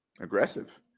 Aggressive